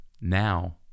now